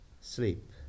sleep